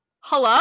Hello